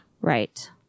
Right